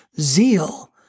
zeal